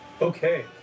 Okay